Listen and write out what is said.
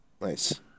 Nice